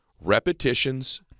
repetitions